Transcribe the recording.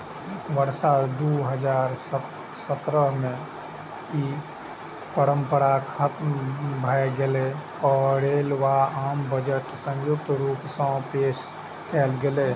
वर्ष दू हजार सत्रह मे ई परंपरा खतम भए गेलै आ रेल व आम बजट संयुक्त रूप सं पेश कैल गेलै